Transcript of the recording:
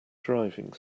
driving